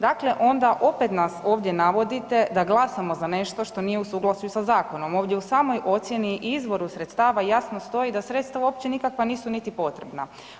Dakle onda opet nas ovdje navodite da glasamo za nešto što nije u suglasju sa zakonom, ovdje u samoj ocjeni i izvoru sredstava jasno stoji da sredstva uopće nikakva nisu niti potrebna.